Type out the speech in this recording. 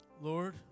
Lord